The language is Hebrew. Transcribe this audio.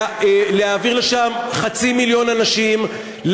ולהעביר לשם חצי מיליון אנשים,